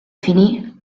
finì